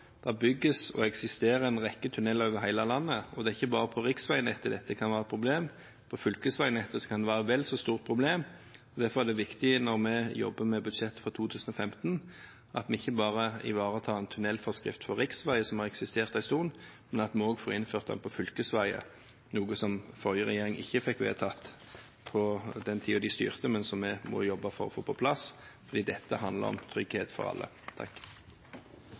Det bygges og eksisterer en rekke tunneler over hele landet, og det er ikke bare på riksveinettet dette kan være et problem. På fylkesveinettet kan det være et vel så stort problem. Derfor er det viktig når vi jobber med budsjettet for 2015, at vi ikke bare ivaretar en tunnelforskrift for riksveier, som har eksistert en stund, men at vi også får innført den for fylkesveier, noe som den forrige regjering ikke fikk vedtatt i løpet av den tiden de styrte, men som vi nå jobber for å få på plass, fordi dette handler om trygghet for alle.